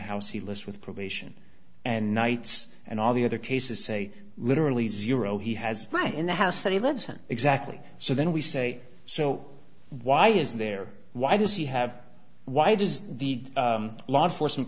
house he lists with probation and nights and all the other cases say literally zero he has right in the house that he lives in exactly so then we say so why is there why does he have why does the law enforcement